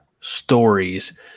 stories